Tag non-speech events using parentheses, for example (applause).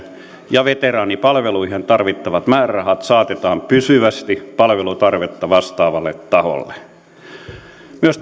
ja veteraanipalveluihin tarvittavat määrärahat saatetaan pysyvästi palvelutarvetta vastaavalle tasolle myös (unintelligible)